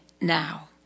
now